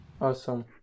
awesome